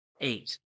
eight